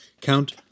Count